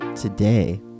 Today